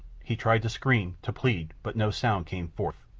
he tried to scream, to plead, but no sound came forth.